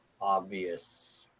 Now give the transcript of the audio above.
obvious